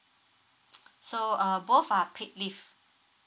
so err both are paid leave